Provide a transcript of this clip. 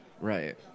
Right